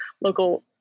local